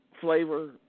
flavor